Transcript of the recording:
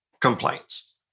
complaints